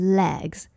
legs